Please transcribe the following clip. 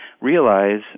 realize